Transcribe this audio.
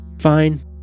Fine